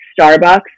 Starbucks